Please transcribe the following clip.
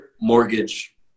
mortgage